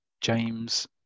James